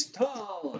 tall